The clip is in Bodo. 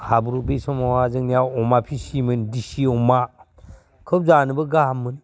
हाब्रु बे समावहा जोंनिया अमा फिसियोमोन दिसि अमा खोब जानोबो गाहाममोन